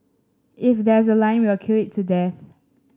if there's a line we will queue it to death